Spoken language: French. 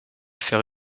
faire